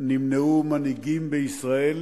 נמנעו מנהיגים בישראל